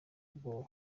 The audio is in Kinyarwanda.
bwoba